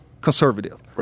conservative